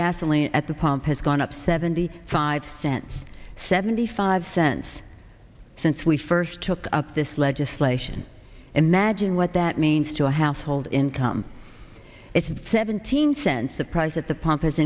gasoline at the pump has gone up seventy five cents seventy five cents since we first took up this legislation imagine what that means to a household income it's seventeen cents the price at the pump has